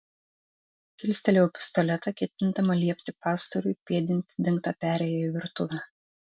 kilstelėjau pistoletą ketindama liepti pastoriui pėdinti dengta perėja į virtuvę